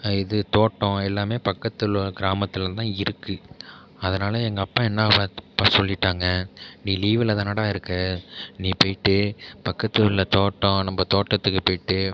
இது தோட்டம் எல்லாமே பக்கத்துள்ள கிராமத்தில் தான் இருக்கு அதனால் எங்கள் அப்பா என்னா அப்பா சொல்லிவிட்டாங்க நீ லீவில் தானடா இருக்க நீ போயிட்டு பக்கத்துள்ள தோட்டம் நம்ப தோட்டத்துக்கு போயிவிட்டு